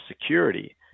security